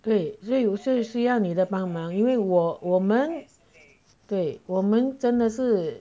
对所以我就是需要你的帮忙因为我我们对我们真的是